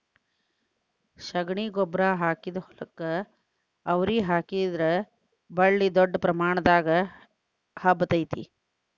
ಶಗಣಿ ಗೊಬ್ಬ್ರಾ ಹಾಕಿದ ಹೊಲಕ್ಕ ಅವ್ರಿ ಹಾಕಿದ್ರ ಬಳ್ಳಿ ದೊಡ್ಡ ಪ್ರಮಾಣದಾಗ ಹಬ್ಬತೈತಿ